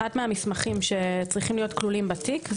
אחד המסמכים שצריכים להיות כלולים בתיק זה